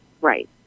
Right